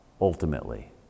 ultimately